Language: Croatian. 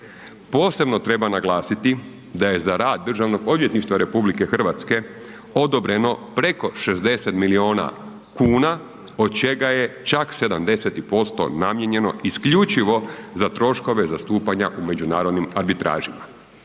posebno treba naglasiti da je za rad DORH-a odobreno preko 600 milijuna kuna od čega je čak 70% namijenjeno isključivo za troškove zastupanja u međunarodnim arbitražima.